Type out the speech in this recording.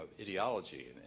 ideology